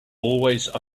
always